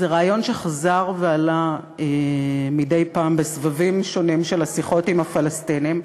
זה רעיון שחזר ועלה מדי פעם בסבבים שונים של השיחות עם הפלסטינים.